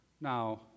Now